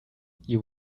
you